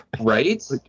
Right